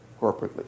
corporately